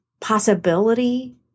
possibility